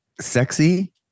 sexy